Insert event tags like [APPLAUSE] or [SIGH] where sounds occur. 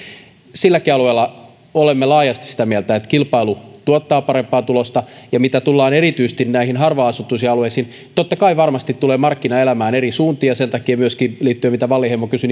silläkin alueella olemme laajasti sitä mieltä että kilpailu tuottaa parempaa tulosta ja mitä tulee erityisesti näihin harvaan asuttuihin alueisiin niin totta kai varmasti tulee markkina elämään eri suuntiin ja sen takia myöskin liittyen siihen mitä wallinheimo kysyi [UNINTELLIGIBLE]